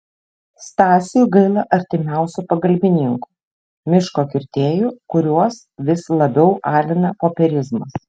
stasiui gaila artimiausių pagalbininkų miško kirtėjų kuriuos vis labiau alina popierizmas